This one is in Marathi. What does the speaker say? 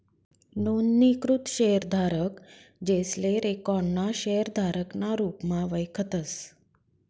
नोंदणीकृत शेयरधारक, जेसले रिकाॅर्ड ना शेयरधारक ना रुपमा वयखतस